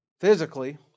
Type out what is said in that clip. Physically